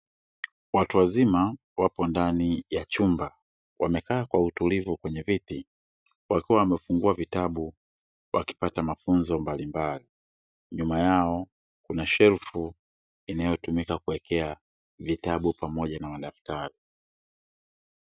Watu wazima wapo ndani ya chumba wamekaa kwa utulivu kwenye viti wakiwa wamefungua vitabu wakipata mafunzo mbalimbali, nyuma yao kuna shelfu inayotumika kuwekea vitabu pamoja na madaftari.